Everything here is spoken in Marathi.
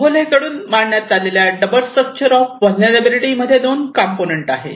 बोहले कडून मांडण्यात आलेल्या डबल स्ट्रक्चर ऑफ व्हलनेरलॅबीलीटी मध्ये दोन कंपोनेंत आहेत